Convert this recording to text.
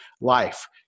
life